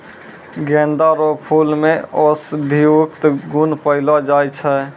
गेंदा रो फूल मे औषधियुक्त गुण पयलो जाय छै